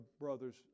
brothers